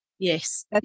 Yes